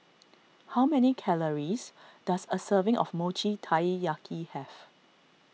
how many calories does a serving of Mochi Taiyaki have